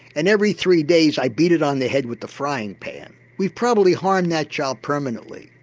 and every three days i beat it on the head with the frying pan, we've probably harmed that child permanently,